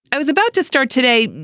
i was about to start today,